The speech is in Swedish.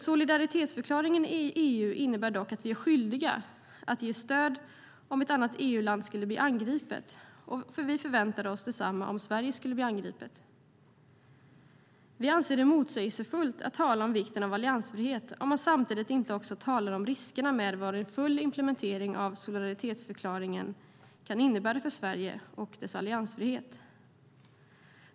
Solidaritetsförklaringen i EU innebär dock att vi är skyldiga att ge stöd om ett annat EU-land skulle bli angripet, och vi förväntar oss detsamma om Sverige skulle bli angripet. Vi anser det motsägelsefullt att tala om vikten av alliansfrihet om man inte samtidigt talar om riskerna med vad en full implementering av solidaritetsförklaringen kan innebära för Sverige och dess alliansfrihet.